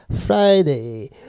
friday